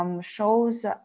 shows